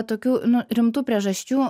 tokių nu rimtų priežasčių